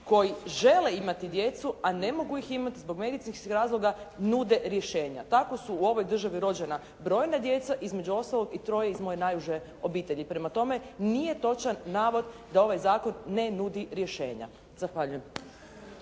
koji žele imati djecu, a ne mogu ih imati. Zbog medicinskog se razloga nude rješenja. Tako su u ovoj državi rođena brojna djeca između ostalog i troje iz moje najuže obitelji. Prema tome nije točan navod da ovaj zakon ne nudi rješenja. Zahvaljujem.